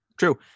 True